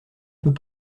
peux